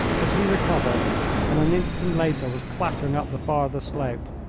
but he recovered and an instant later was clattering up the farther slope.